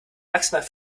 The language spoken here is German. maximal